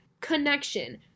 Connection